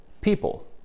people